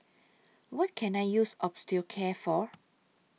What Can I use Osteocare For